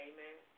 Amen